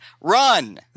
run